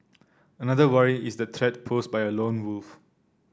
another worry is the threat posed by a lone wolf